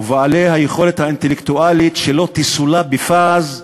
ובעלי היכולת האינטלקטואלית שלא תסולא בפז,